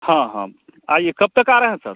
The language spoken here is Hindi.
हाँ हाँ आइए कब तक आ रहे हैं सर